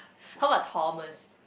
how about Thomas